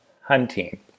hunting